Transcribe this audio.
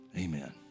Amen